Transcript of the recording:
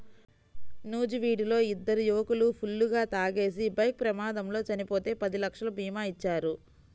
నూజివీడులో ఇద్దరు యువకులు ఫుల్లుగా తాగేసి బైక్ ప్రమాదంలో చనిపోతే పది లక్షల భీమా ఇచ్చారు